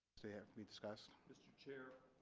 so yeah we discussed mr chair